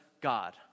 God